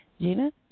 Gina